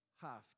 half